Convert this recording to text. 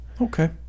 Okay